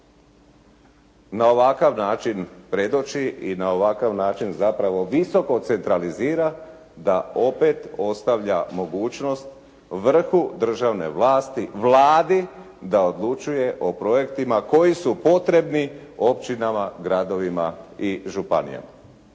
na ovakav način predoči i na ovakav način zapravo visoko centralizira da opet ostavlja mogućnost vrhu državne vlasti, Vladi da odlučuje o projektima koji su potrebni općinama, gradovima i županijama.